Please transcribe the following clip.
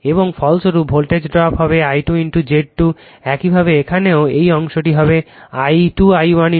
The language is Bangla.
এবং ফলস্বরূপ এই ভোল্টেজ ড্রপ হবে I2 Z 2 একইভাবে এখানেও এই অংশটি হবে I2 I1 Z 1